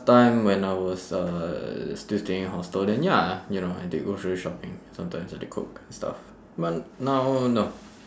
time when I was uh still staying in hostel then ya you know I did grocery shopping sometimes I did cook and stuff but now no